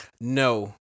No